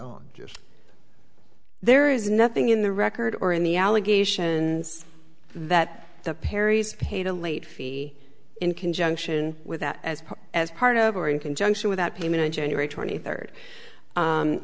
just there is nothing in the record or in the allegations that the perrys paid a late fee in conjunction with that as well as part of or in conjunction with that payment on january twenty third